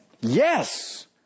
Yes